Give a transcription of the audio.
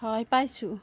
হয় পাইছোঁ